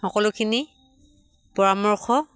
সকলোখিনি পৰামৰ্শ